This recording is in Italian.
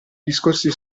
discorsi